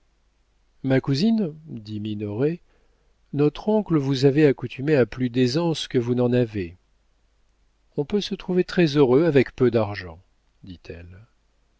ma cousine dit minoret notre oncle vous avait accoutumée à plus d'aisance que vous n'en avez on peut se trouver très-heureux avec peu d'argent dit-elle